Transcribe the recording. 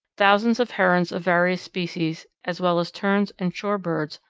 thousands of herons of various species, as well as terns and shore birds,